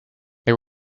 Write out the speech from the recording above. they